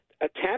attempt